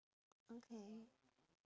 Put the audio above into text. okay